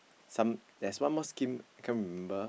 some there's one more skin can't remember